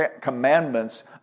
commandments